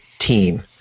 team